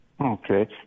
Okay